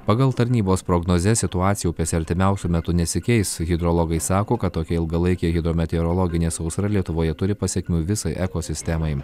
pagal tarnybos prognozes situacija upėse artimiausiu metu nesikeis hidrologai sako kad tokia ilgalaikė hidrometeorologinė sausra lietuvoje turi pasekmių visai ekosistemai